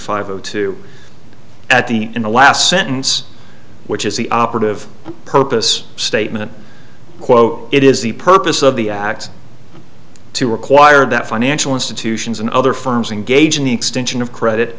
five zero two at the in the last sentence which is the operative purpose statement quote it is the purpose of the act to require that financial institutions and other firms and gauge an extension of credit